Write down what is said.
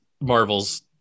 marvel's